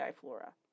flora